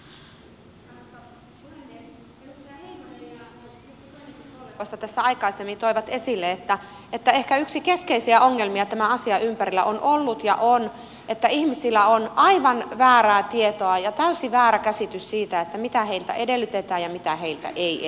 edustaja heinonen ja joku toinenkin kollegoista tässä aikaisemmin toivat esille että ehkä yksi keskeisiä ongelmia tämän asian ympärillä on ollut ja on että ihmisillä on aivan väärää tietoa ja täysin väärä käsitys siitä mitä heiltä edellytetään ja mitä heiltä ei edellytetä